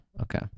Okay